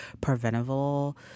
preventable